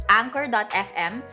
anchor.fm